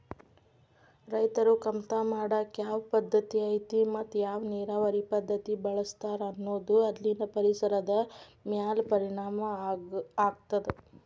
ರೈತರು ಕಮತಾ ಮಾಡಾಕ ಯಾವ ಪದ್ದತಿ ಐತಿ ಮತ್ತ ಯಾವ ನೇರಾವರಿ ಪದ್ಧತಿ ಬಳಸ್ತಾರ ಅನ್ನೋದು ಅಲ್ಲಿನ ಪರಿಸರದ ಮ್ಯಾಲ ಪರಿಣಾಮ ಆಗ್ತದ